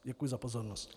Děkuji za pozornost.